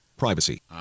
Privacy